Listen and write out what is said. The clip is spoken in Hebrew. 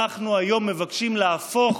אנחנו היום מבקשים להפוך.